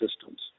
systems